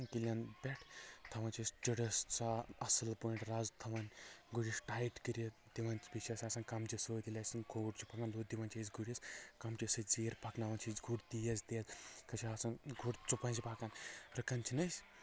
کِلین پٮ۪ٹھ تھوان چھِ أسۍ چِرٕ سۄ اصل پٲٹھۍ رز تھوان گُرِس ٹایٹ کٔرتھ دِوان چھِ بیٚیہِ چھِ اسہِ آسان کمچہٕ سۭتۍ ییٚلہِ اسہِ گُر چھُ کمچہٕ سۭتۍ زیٖر پکناوان چھِ أسۍ گُر تیز تیز کٲنٛسہِ چھِ آسان گُر ژُپنٛجہِ پکان رُکان چھِنہٕ أسۍ